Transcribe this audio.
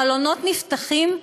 החלונות נפתחים,